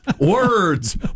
Words